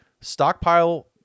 stockpile